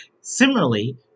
Similarly